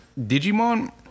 Digimon